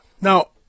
Now